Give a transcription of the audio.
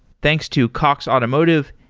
thanks to cox automotive,